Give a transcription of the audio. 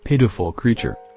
pitiful creature.